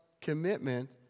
commitment